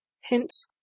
Hence